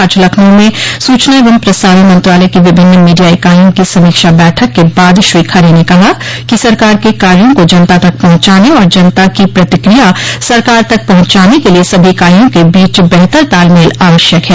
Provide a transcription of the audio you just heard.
आज लखनऊ में सूचना एवं प्रसारण मंत्रालय की विभिन्न मीडिया इकाईयों की समीक्षा बैठक के बाद श्री खरे ने कहा कि सरकार के कार्यो को जनता तक पहुंचाने और जनता की प्रतिक्रिया सरकार तक पहुंचाने के लिये सभी इकाईयों के बीच बेहतर तालमेल आवश्यक है